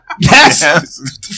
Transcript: Yes